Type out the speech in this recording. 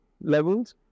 levels